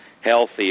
healthy